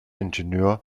ingenieur